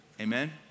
Amen